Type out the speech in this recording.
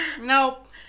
Nope